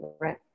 Right